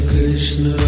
Krishna